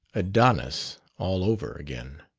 adonis all over again!